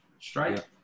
straight